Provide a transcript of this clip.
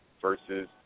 versus